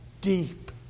deep